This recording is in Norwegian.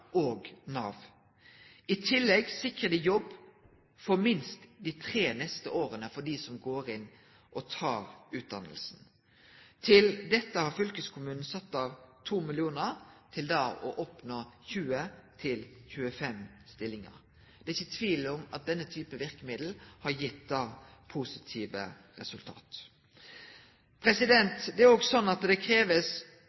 og Nav. I tillegg sikrar dei jobb for minst dei tre neste åra for dei som tek utdanninga. Til dette har fylkeskommunen sett av 2 mill. kr, til å oppnå 20–25 stillingar. Det er ikkje tvil om at denne typen verkemiddel har gitt positive